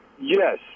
Yes